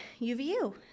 UVU